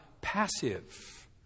passive